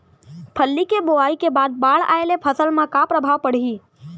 फल्ली के बोआई के बाद बाढ़ आये ले फसल मा का प्रभाव पड़ही?